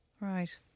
Right